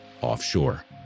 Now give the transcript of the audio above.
offshore